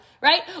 right